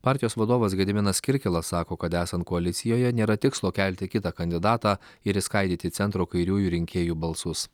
partijos vadovas gediminas kirkilas sako kad esant koalicijoje nėra tikslo kelti kitą kandidatą ir išskaidyti centro kairiųjų rinkėjų balsus